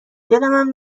دلمم